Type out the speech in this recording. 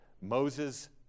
Moses